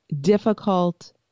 difficult